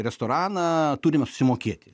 restoraną turime susimokėti